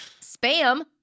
Spam